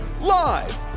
live